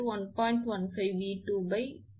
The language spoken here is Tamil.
15𝑉1 ஆக இருக்கும்